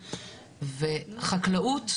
וחקלאות,